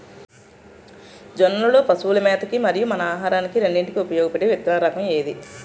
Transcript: జొన్నలు లో పశువుల మేత కి మరియు మన ఆహారానికి రెండింటికి ఉపయోగపడే విత్తన రకం ఏది?